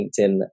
LinkedIn